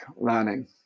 learning